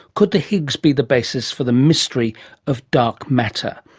could the higgs be the basis for the mystery of dark matter?